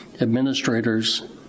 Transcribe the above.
administrators